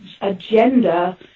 agenda